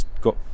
got